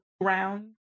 ground